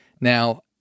Now